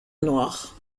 noir